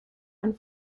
ein